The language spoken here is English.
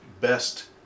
best